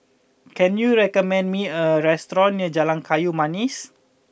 can you recommend me a restaurant near Jalan Kayu Manis